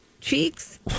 cheeks